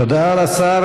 תודה לשר.